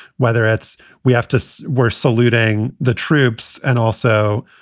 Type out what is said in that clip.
whether it's we have to wear saluting the troops and also,